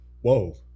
Whoa